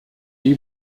die